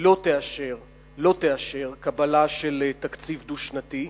לא תאשר קבלה של תקציב דו-שנתי.